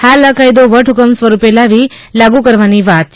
હાલ આ કાયદો વાત હુકમ સ્વરૂપે લાવી લાગુ કરવાની વાત છે